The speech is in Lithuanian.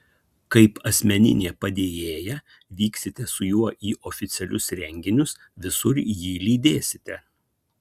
kaip asmeninė padėjėja vyksite su juo į oficialius renginius visur jį lydėsite